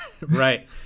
right